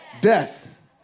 death